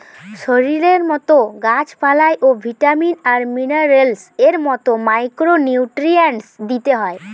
শরীরের মতো গাছ পালায় ও ভিটামিন আর মিনারেলস এর মতো মাইক্রো নিউট্রিয়েন্টস দিতে হয়